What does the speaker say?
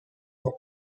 kong